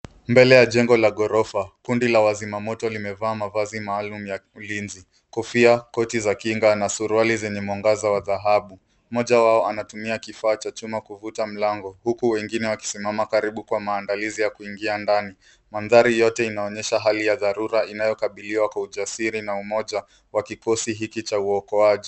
Mbele ya jengo la ghorofa, kundi la wazima moto limevaa mavazi maalum ya ulinzi, Kofia, koti za kinga na suruali zenye mwangaza wa dhahabu. Mmoja wao anatumia kifaa cha chuma kuvuta mlango, huku wengine wakisimama karibu kwa maandalizi ya kuingia ndani. Mandhari yote inaonyesha hali ya dharura inayokabiliwa kwa ujasiri na umoja wa kikosi hiki cha uokoaji.